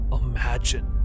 imagine